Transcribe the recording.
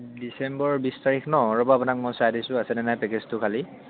ডিছেম্বৰ বিশ তাৰিখ ন ৰ'ব আপোনাক মই চাই দিছোঁ আছেনে নাই পেকেজটো খালী